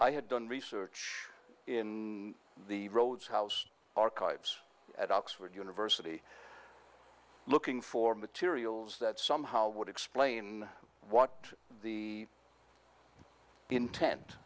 i had done research in the rhodes house archives at oxford university looking for materials that somehow would explain what the intent